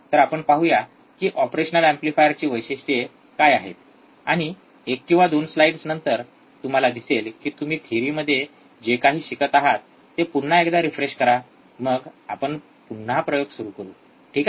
तर आपण पाहूया की ऑपरेशनल एम्पलीफायरची वैशिष्ट्ये काय आहेत आणि १ किंवा २ स्लाईड्स नंतर तुम्हाला दिसेल की तुम्ही थेरीमध्ये जे काही शिकत आहात ते पुन्हा एकदा रिफ्रेश करा मग आपण पुन्हा प्रयोग सुरू करू ठीक आहे